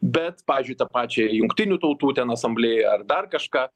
bet pavyzdžiui tą pačią jungtinių tautų ten asamblėją ar dar kažką